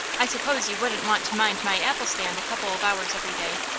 i suppose you wouldn't want to mind my apple-stand a couple of hours every day?